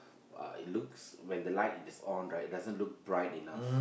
uh it looks when the light is on right it doesn't look bright enough